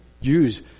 use